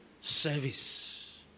Service